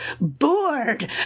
bored